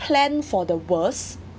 plan for the worst